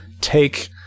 take